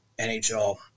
NHL